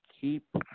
keep